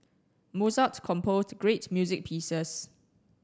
Mozart composed great music pieces